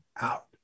out